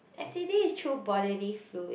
s_t_d is through bodily fluid